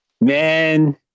Man